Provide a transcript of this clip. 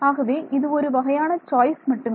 ஆகவே இது ஒரு வகையான சாய்ஸ் மட்டுமே